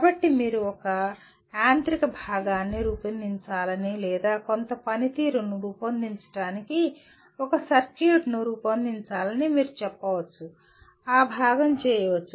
కాబట్టి మీరు ఒక యాంత్రిక భాగాన్ని రూపొందించాలని లేదా కొంత పనితీరును రూపొందించడానికి ఒక సర్క్యూట్ను రూపొందించాలని మీరు చెప్పవచ్చు ఆ భాగం చేయవచ్చు